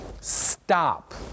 stop